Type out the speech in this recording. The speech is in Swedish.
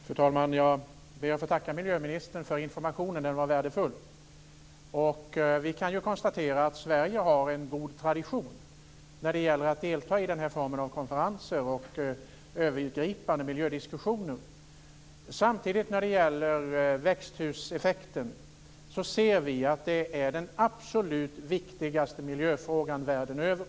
Fru talman! Jag ber att få tacka miljöministern för informationen. Den var värdefull. Vi kan konstatera att Sverige har en god tradition när det gäller att delta i den här formen av konferenser och övergripande miljödiskussioner. Vi ser samtidigt att växthuseffekten är den absolut viktigaste miljöfrågan världen över.